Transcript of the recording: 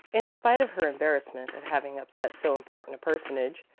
in spite of her embarrassment at having upset so important a personage,